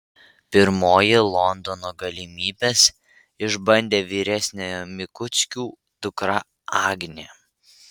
pirmoji londono galimybes išbandė vyresniojo mikuckių dukra agnė